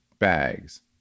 bags